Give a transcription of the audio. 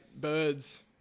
birds